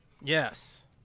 Yes